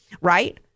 right